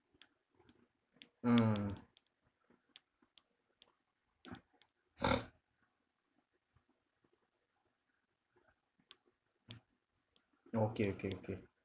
mm oh okay okay okay